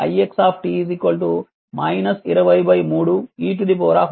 కాబట్టి ix 203 e 2 t ampere